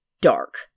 dark